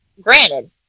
granted